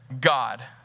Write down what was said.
God